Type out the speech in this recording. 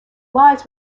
lies